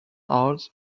art